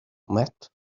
met